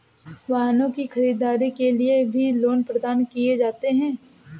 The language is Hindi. वाहनों की खरीददारी के लिये भी लोन प्रदान किये जाते हैं